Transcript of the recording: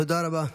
תודה רבה.